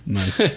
nice